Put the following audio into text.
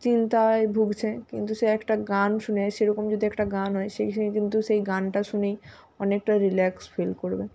চিন্তায় ভুগছে কিন্তু সে একটা গান শুনে সেরকম যদি একটা গান হয় সেই সেই কিন্তু সেই গানটা শুনেই অনেকটা রিল্যাক্স ফিল করবে